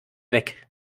weg